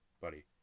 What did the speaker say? buddy